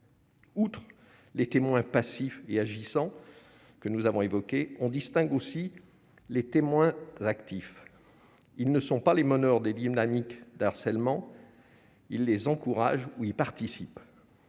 Outre les témoins passifs et agissant que nous avons évoqués, on distingue aussi les témoins actifs, ils ne sont pas les meneurs des l'hymne Annick d'harcèlement il les encourage où y participe,